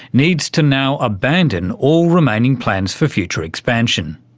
needs to now abandon all remaining plans for future expansion.